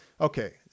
Okay